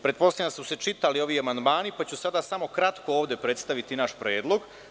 Pretpostavljam da su se čitali ovi amandmani, pa ću sada samo kratko ovde predstaviti naš predlog.